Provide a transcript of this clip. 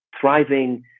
thriving